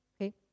Okay